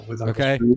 Okay